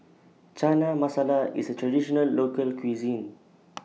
Chana Masala IS A Traditional Local Cuisine